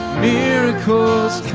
miracles